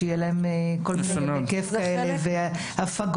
שיהיו להם ימי כיף וכולי.